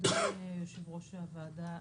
אדוני יושב ראש הוועדה,